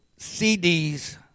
CDs